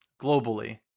globally